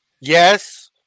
Yes